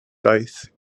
daeth